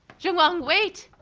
xinguang, wait.